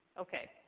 Okay